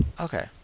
Okay